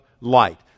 light